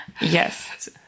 Yes